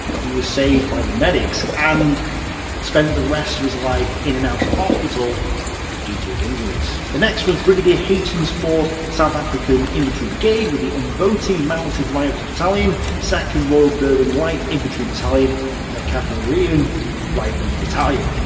he was saved by the medics, and spent the rest of his life in and out of so hospital due to his injuries. the next was brigadier hayton fourth south african infantry brigade, with the umvoti mounted rifles battalion second royal durban light infantry battalion and the kaffrarian rifles battalion.